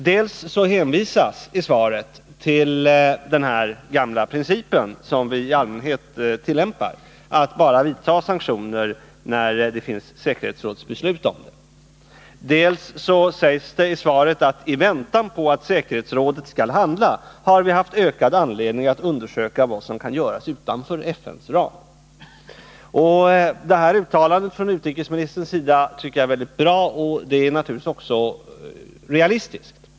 Dels hänvisas i svaret till denna gamla princip som vi i allmänhet tillämpar att bara vidta sanktioner när det finns säkerhetsrådsbeslut därom, dels sägs i svaret: ”I väntan på att säkerhetsrådet skall handla har vi haft ökad anledning att undersöka vad som kan göras utanför FN:s ram.” Jag tycker att detta uttalande av utrikesministern är mycket bra, och det är naturligtvis också realistiskt.